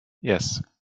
yes